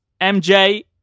MJ